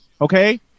Okay